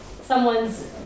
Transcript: someone's